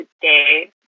today